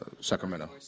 Sacramento